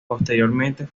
posteriormente